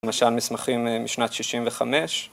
למשל מסמכים משנת שישים וחמש